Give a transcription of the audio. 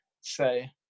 say